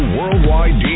Worldwide